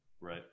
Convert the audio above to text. right